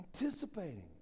anticipating